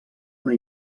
una